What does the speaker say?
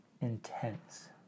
intense